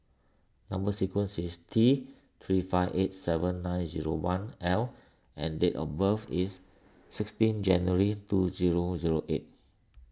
Number Sequence is T three five eight seven nine zero one L and date of birth is sixteen January two zero zero eight